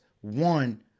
one